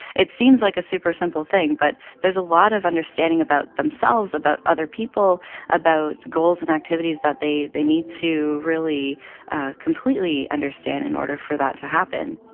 it seems like a super simple thing, but there's a lot of understanding about themselves, about other people, about goals and activities that they they need to really completely understand in order for that to happen